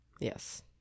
Yes